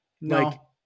No